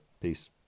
Peace